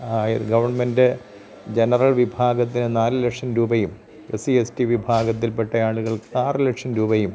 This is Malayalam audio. ഗവൺമെൻറ്റ് ജനറൽ വിഭാഗത്തിന് നാല് ലക്ഷം രൂപയും എസ് സി എസ് ടി വിഭാഗത്തിൽപ്പെട്ട ആളുകൾക്ക് ആറ് ലക്ഷം രൂപയും